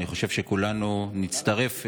ואני חושב שכולנו נצטרף,